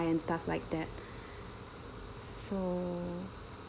and stuff like that so